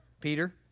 Peter